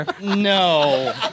No